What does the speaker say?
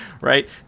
right